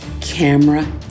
camera